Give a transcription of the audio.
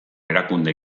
erakunde